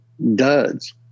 duds